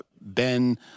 Ben